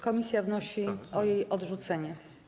Komisja wnosi o jej odrzucenie.